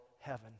heaven